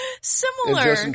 Similar